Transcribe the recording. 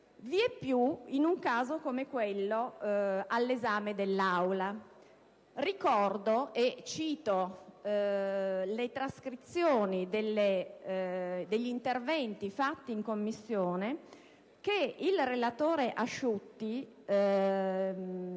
vieppiù in un caso come quello all'esame dell'Aula. Ricordo le trascrizioni degli interventi fatti in Commissione dal relatore Asciutti nella